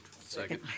Second